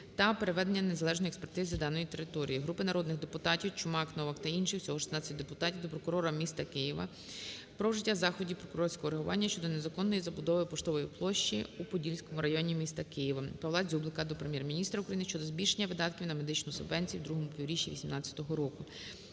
та проведення незалежної експертизи даної території. Групи народних депутатів (Чумака, Новак та інших, всього 16 депутатів) до прокурора міста Києва про вжиття заходів прокурорського реагування щодо незаконної забудови Поштової площі у Подільському районі міста Києва. ПавлаДзюблика до Прем'єр-міністра України щодо збільшення видатків на медичну субвенцію у другому півріччі 2018 року.